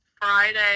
friday